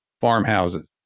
farmhouses